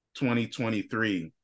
2023